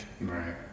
Right